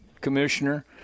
commissioner